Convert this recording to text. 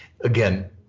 again